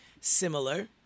Similar